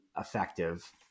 effective